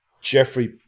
Jeffrey